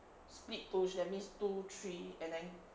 split push that means two three and then